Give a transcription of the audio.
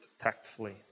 tactfully